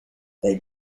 they